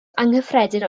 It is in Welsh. anghyffredin